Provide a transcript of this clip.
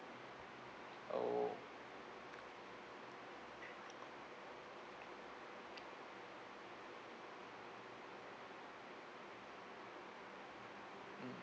oh